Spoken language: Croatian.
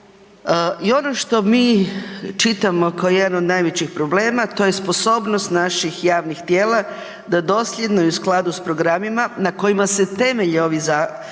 I ono što mi čitamo kao jedan od najvećih problema to je sposobnost naših javnih tijela da dosljedno i u skladu s programima na kojima se temelje ovi zajmovi